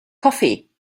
coffee